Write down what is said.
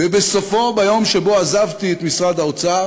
ובסופו ביום שעזבתי את משרד האוצר